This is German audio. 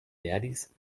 verdis